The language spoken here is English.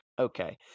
Okay